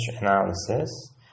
analysis